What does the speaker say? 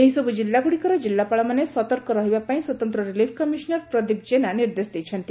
ଏହିସବୁ ଜିଲ୍ଲାଗୁଡ଼ିକର ଜିଲ୍ଲାପାଳମାନେ ସତର୍କ ରହିବାପାଇଁ ସ୍ୱତନ୍ତ ରିଲିଫ୍ କମିଶନର ପ୍ରଦୀପ ଜେନା ନିର୍ଦ୍ଦେଶ ଦେଇଛନ୍ତି